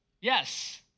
Yes